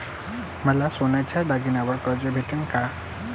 मले सोन्याच्या दागिन्यावर कर्ज भेटन का?